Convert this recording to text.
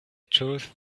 chose